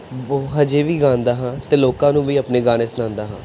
ਵੋ ਹਜੇ ਵੀ ਗਾਉਂਦਾ ਹਾਂ ਅਤੇ ਲੋਕਾਂ ਨੂੰ ਵੀ ਆਪਣੇ ਗਾਣੇ ਸੁਣਾਉਂਦਾ ਹਾਂ